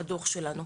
הדו"ח שלנו.